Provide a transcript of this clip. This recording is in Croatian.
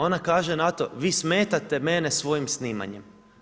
Ona kaže na to vi smetate mene svojim snimanjem.